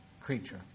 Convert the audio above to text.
creature